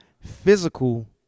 physical